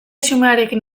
xumearekin